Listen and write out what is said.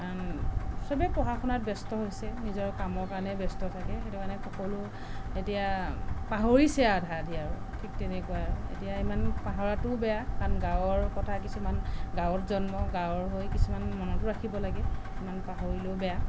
কাৰণ চবে পঢ়া শুনাত ব্যস্ত হৈছে নিজৰ কামৰ কাৰণে ব্যস্ত থাকে সেইটো কাৰণে সকলো এতিয়া পাহৰিছেই আধা আধি আৰু ঠিক তেনেকুৱাই আৰু এতিয়া ইমান পাহৰাটোও বেয়া কাৰণ গাঁৱৰ কথা কিছুমান গাঁৱত জন্ম গাঁৱৰ হৈ কিছুমান মনতো ৰাখিব লাগে ইমান পাহৰিলেও বেয়া